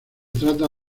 trata